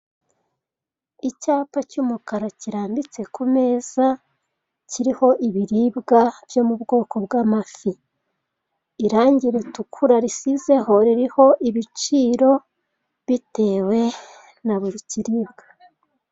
Icyapa cy'umukara kirambitse ku meza kiriho ibiribwa byo mu bwoko bw'amafi, irangi ritukura risizeho ririho ibiciro bitewe na buri kiribwa.